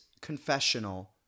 confessional